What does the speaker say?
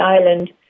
island